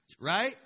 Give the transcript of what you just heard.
right